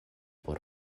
por